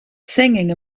singing